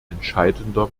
entscheidender